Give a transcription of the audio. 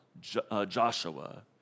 Joshua